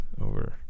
over